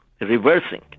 reversing